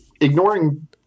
ignoring